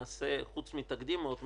חוץ מתקדים מאוד מסוכן,